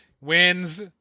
wins